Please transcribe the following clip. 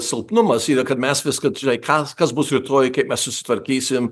silpnumas yra kad mes viską žinai kas kas bus rytoj kaip mes susitvarkysim